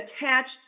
attached